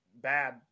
bad